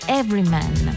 everyman